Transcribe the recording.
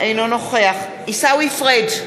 אינו נוכח עיסאווי פריג'